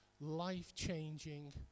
life-changing